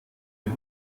den